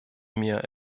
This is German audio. mir